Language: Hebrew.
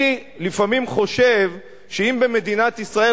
אני לפעמים חושב שאם במדינת ישראל,